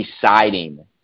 deciding